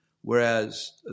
whereas